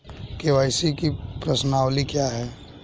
KYC प्रश्नावली क्या है?